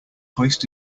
hoist